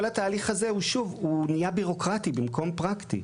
כל התהליך הזה נהיה בירוקרטי במקום פרקטי.